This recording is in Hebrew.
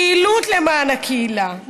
פעילות למען הקהילה,